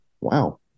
wow